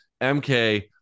MK